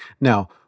Now